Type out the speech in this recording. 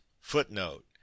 footnote